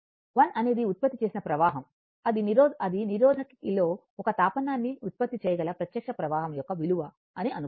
I అనేది ఉత్పత్తి చేసిన ప్రవాహం అది నిరోధకిలో ఒకే తాపనాన్ని ఉత్పత్తి చేయగల ప్రత్యక్ష ప్రవాహం యొక్క విలువ అని అనుకుందాం